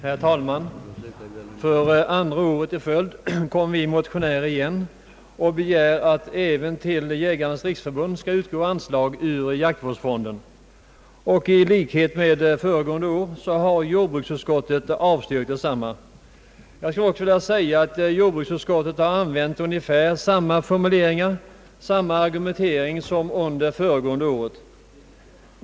Herr talman! För andra året i följd kommer vi motionärer igen och begär att även till Jägarnas riksförbund skall utgå anslag ur jaktvårdsfonden, och i likhet med föregående år har utskottet avslagit motionen. Jag skulle också vilja påpeka, att jordbruksutskottet använt ungefär samma formuleringar och samma argumenteringar som föregående år.